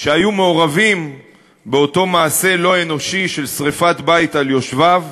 שהיו מעורבים באותו מעשה לא אנושי של שרפת בית על יושביו,